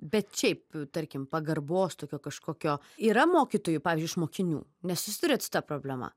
bet šiaip tarkim pagarbos tokio kažkokio yra mokytojų pavyzdžiui iš mokinių nesusiduriat su ta problema